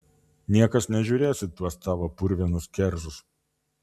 niekas nežiūrės į tuos tavo purvinus kerzus